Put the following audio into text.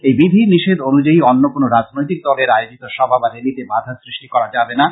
এই বিধি নিষেধ অনুযায়ী অন্য কোন রাজনৈতিক দলের আয়োজিত সভা বা র্যালিতে বাধা সৃষ্টি করা যাবেনা